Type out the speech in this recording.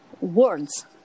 words